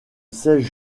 seize